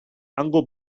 hango